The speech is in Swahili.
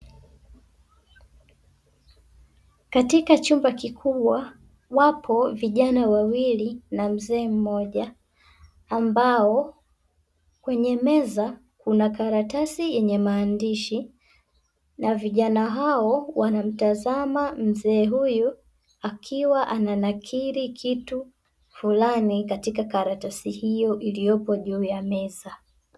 Katika chumba kikubwa, wapo vijana wawili na mzee mmoja, ambapo kwenye meza kuna karatasi yenye maandishi na vijana hao wanamtazama mzee huyu, akiwa ananakili kitu fulani katika karatasi hiyo iliyopo juu ya meza.